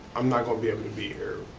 i'm not going to be able to be here,